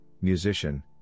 musician